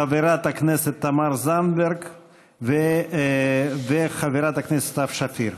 חברת הכנסת תמר זנדברג וחברת הכנסת סתיו שפיר.